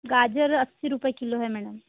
गाजर अस्सी रुपए किलो है मैडम